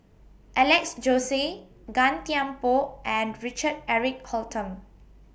Alex Josey Gan Thiam Poh and Richard Eric Holttum